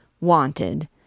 Wanted